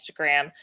Instagram